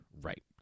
Right